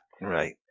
Right